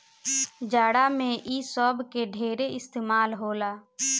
जाड़ा मे इ सब के ढेरे इस्तमाल होला